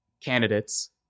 candidates